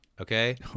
Okay